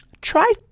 try